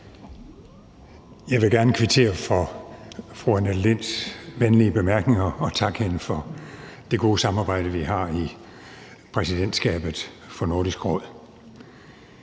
Jeg vil gerne kvittere for fru Annette Linds venlige bemærkninger og takke hende for det gode samarbejde, vi har i præsidentskabet for Nordisk Råd.